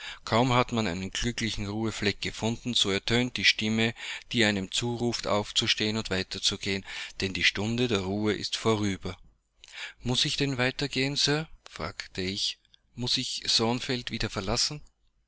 kaum hat man einen glücklichen ruhefleck gefunden so ertönt die stimme die einem zuruft aufzustehen und weiter zu gehen denn die stunde der ruhe ist vorüber muß ich denn weitergehen sir fragte ich muß ich thornfield wieder verlassen